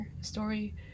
story